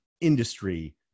industry